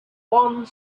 one